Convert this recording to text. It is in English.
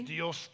Dios